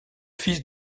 fils